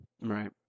Right